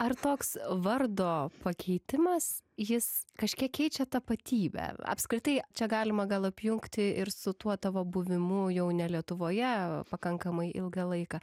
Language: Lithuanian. ar toks vardo pakeitimas jis kažkiek keičia tapatybę apskritai čia galima gal apjungti ir su tuo tavo buvimu jau ne lietuvoje pakankamai ilgą laiką